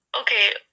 Okay